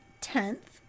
tenth